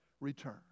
return